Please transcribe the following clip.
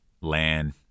land